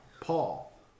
Paul